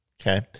Okay